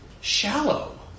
shallow